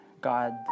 god